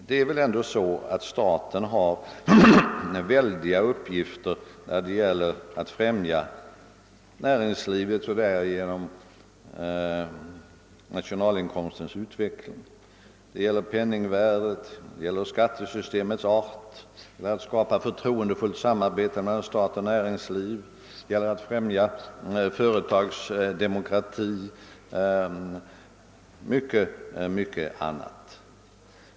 Det är väl ändå så att staten har väldiga uppgifter när det gäller att främja näringslivet och därigenom nationalinkomstens utveckling. Det gäller penningvärdet, det gäller skattesystemets art, det gäller skapandet av förtroendefullt samarbete mellan stat och näringsliv, det gäller främjandet av företagsdemokratin och mycket, mycket annat.